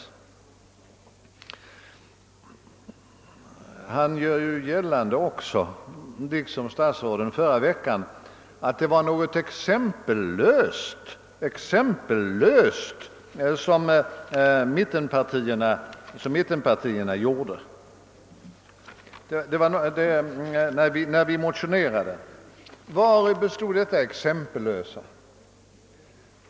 Statsministern gör också gällande, liksom statsråden förra veckan, att det var något exempellöst som vi inom mittenpartierna företog då vi motionerade. Vari bestod detta exempellösa?